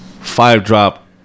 five-drop